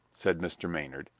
said mr. maynard,